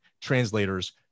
translators